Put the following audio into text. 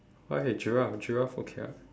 why giraffe giraffe okay [what]